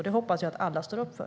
Det hoppas jag att alla står upp för.